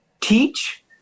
teach